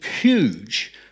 huge